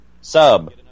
sub